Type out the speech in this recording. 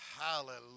Hallelujah